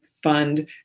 fund